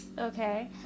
Okay